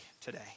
today